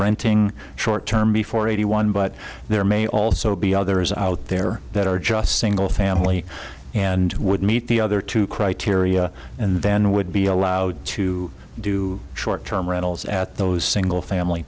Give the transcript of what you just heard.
renting short term before eighty one but there may also be others out there that are just single family and would meet the other two criteria and then would be allowed to do short term rentals at those single family